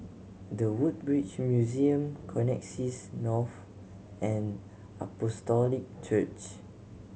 The Woodbridge Museum Connexis North and Apostolic Church